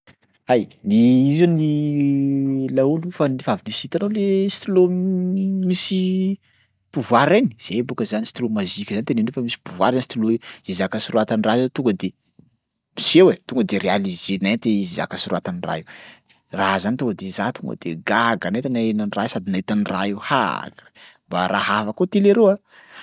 Hay, ny io zany laolo fan- fa avy nisy hitanao stylo misy pouvoir reny zay bôka zany stylo mazika zany tenenindreo fa misy pouvoir zany stylo io. Zay zaka soratan'ra io tonga de miseho e tonga de réalisé nenty zaka soratan'ra io. Raha zany tonga de za tonga de gaga nenty naheno an'ra io sady nahita an'ra io, ha mba raha hafa koa ty leroa.